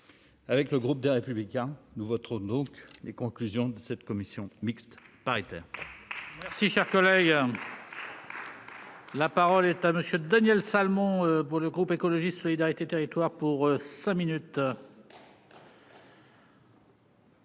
avec le groupe des Républicains nous voterons donc les conclusions de cette commission mixte. Merci,